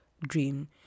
Dream